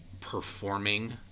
performing